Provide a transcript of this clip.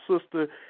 sister